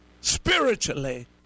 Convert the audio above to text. spiritually